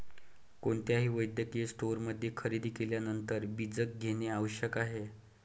कोणत्याही वैद्यकीय स्टोअरमध्ये खरेदी केल्यानंतर बीजक घेणे आवश्यक आहे